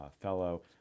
Fellow